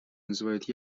называют